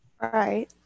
right